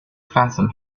fathom